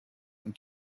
und